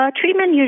Treatment